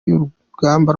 y’urugamba